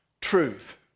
Truth